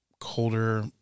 colder